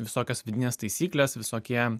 visokios vidinės taisyklės visokie